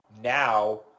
now